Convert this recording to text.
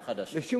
רכבים חדשים.